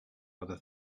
other